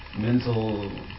mental